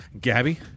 gabby